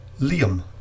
Liam